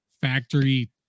factory